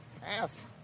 pass